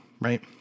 right